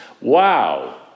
Wow